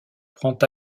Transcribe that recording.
prend